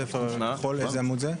בספר הכחול, איזה עמוד זה?